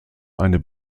eine